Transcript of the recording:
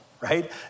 right